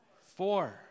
Four